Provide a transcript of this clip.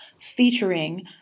featuring